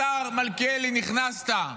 השר מלכיאלי, נכנסת.